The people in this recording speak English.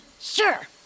Sure